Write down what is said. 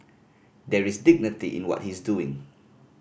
there is dignity in what he's doing